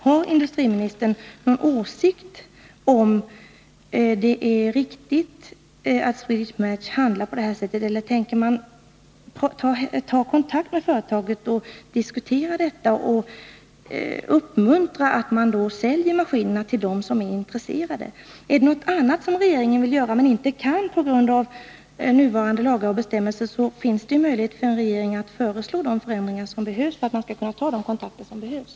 Har industriministern någon åsikt om huruvida det är riktigt att Swedish Match handlar på det här sättet? Tänker man ta kontakt med företaget, diskutera det här och uppmuntra till försäljning av maskinerna till dem som är intresserade? Är det något annat som regeringen vill göra men inte kan på grund av nuvarande lagar och bestämmelser, finns det ju möjlighet för en regering att föreslå de förändringar som krävs för att man skall kunna ta de kontakter som behövs.